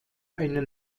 eine